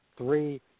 three